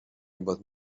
about